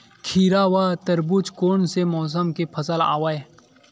खीरा व तरबुज कोन से मौसम के फसल आवेय?